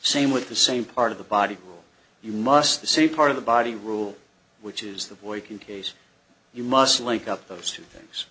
same with the same part of the body you must see part of the body rule which is the boy can case you must link up those two things